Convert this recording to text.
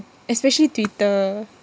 especially Twitter